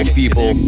people